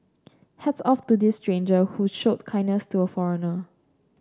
hats off to this stranger who showed kindness to a foreigner